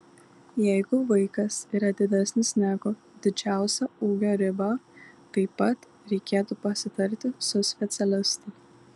jeigu vaikas yra didesnis negu didžiausia ūgio riba taip pat reikėtų pasitarti su specialistu